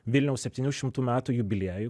vilniaus septynių šimtų metų jubiliejų